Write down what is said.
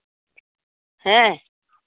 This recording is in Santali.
ᱦᱮᱸ